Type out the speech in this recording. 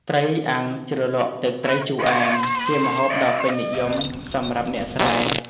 ត្រីអាំងជ្រលក់ទឹកត្រីជូរអែម ជាម្ហូបដ៏ពេញនិយមសម្រាប់អ្នកស្រែ។